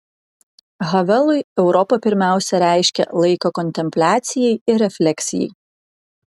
havelui europa pirmiausia reiškia laiką kontempliacijai ir refleksijai